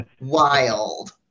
wild